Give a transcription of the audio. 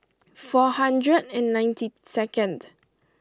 four hundred and ninety second